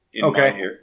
Okay